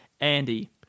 Andy